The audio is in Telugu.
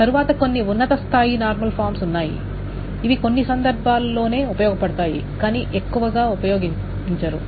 తరువాత కొన్ని ఉన్నత స్థాయి నార్మల్ ఫామ్స్ ఉన్నాయి ఇవి కొన్ని సందర్భాల్లో ఉపయోగపడతాయి కాని ఎక్కువగా ఉపయోగపడవు